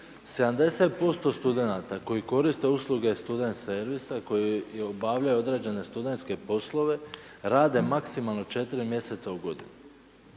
70% studenata koji koriste usluge Student servisa, koji obavljaju studentske poslove, rade maksimalno 4 mj. u godini.